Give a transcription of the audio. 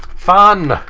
fun.